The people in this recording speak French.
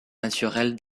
naturelle